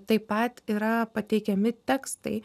taip pat yra pateikiami tekstai